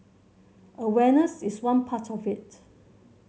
awareness is one part of it